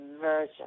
version